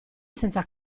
senza